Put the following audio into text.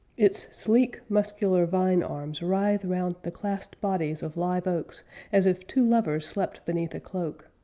its sleek, muscular vine-arms writhe round the clasped bodies of live oaks as if two lovers slept beneath a cloak,